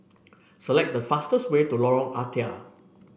select the fastest way to Lorong Ah Thia